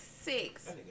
six